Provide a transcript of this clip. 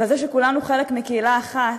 ועל זה שכולנו חלק מקהילה אחת,